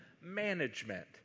management